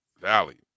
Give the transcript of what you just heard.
Valley